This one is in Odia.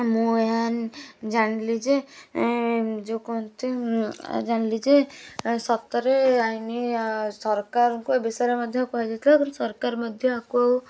ମୁଁ ଏହା ଜାଣିଲି ଯେ ଯେଉଁ କୁହନ୍ତି ଜାଣିଲି ଯେ ସତରେ ଅଇନି ସରକାରଙ୍କୁ ଏ ବିଷୟରେ ମଧ୍ୟ କୁହାଯାଇଥିଲା ଏବଂ ସରକାର ମଧ୍ୟ ଆକୁ ଆଉ